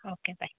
okay bye